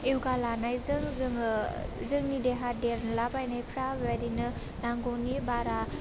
एवगा लानायजों जोङो जोंनि देहा देदला बायनाइफ्रा बेबायदिनो नांगौनि बारा